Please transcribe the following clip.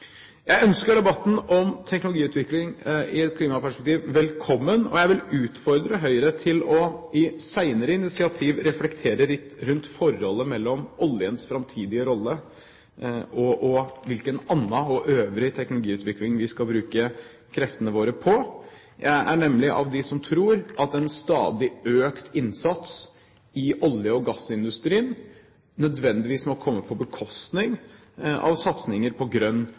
Jeg ønsker debatten om teknologiutvikling i et klimaperspektiv velkommen, og jeg vil utfordre Høyre til i senere initiativ å reflektere litt rundt forholdet mellom oljens framtidige rolle og hvilken annen og øvrig teknologiutvikling vi skal bruke kreftene våre på. Jeg er nemlig av dem som tror at en stadig økt innsats i olje- og gassindustrien nødvendigvis må komme på bekostning av satsinger på grønn